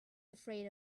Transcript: afraid